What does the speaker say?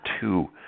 two